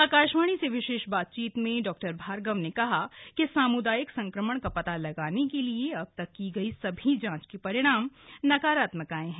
आकाशवाणी से विशेष बातचीत में डॉ भार्गव ने कहा कि सामूदायिक संक्रमण का पता लगाने के लिए अब तक की गई सभी जांच के परिणाम नकारात्मक आए हैं